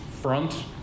front